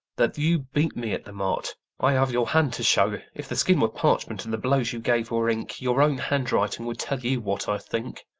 that you beat me at the mart i have your hand to show if the skin were parchment, and the blows you gave were ink, your own handwriting would tell you what i think.